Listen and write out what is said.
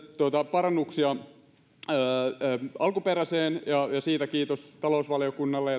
parannuksia alkuperäiseen ja siitä kiitos talousvaliokunnalle